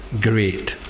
great